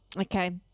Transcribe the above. Okay